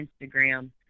Instagram